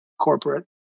corporate